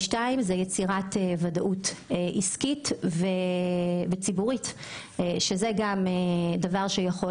הדבר השני הוא יצירת ודאות עסקית וציבורית שזה גם דבר שיכול